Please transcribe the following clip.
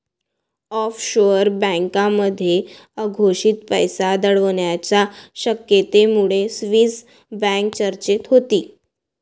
offshore बँकांमध्ये अघोषित पैसा दडवण्याच्या शक्यतेमुळे स्विस बँक चर्चेत होती